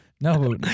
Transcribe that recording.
No